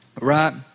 right